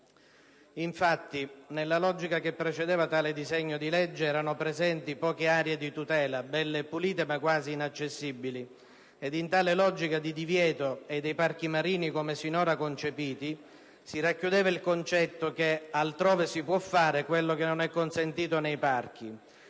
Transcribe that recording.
Infatti, nella logica che precedeva tale disegno di legge erano presenti poche aree di tutela, belle e pulite, ma quasi inaccessibili. Ed in tale logica di divieto, e dei parchi marini come sinora concepiti, si racchiudeva il concetto che «altrove si può fare» quello che non è consentito nei parchi.